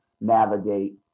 navigate